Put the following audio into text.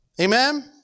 Amen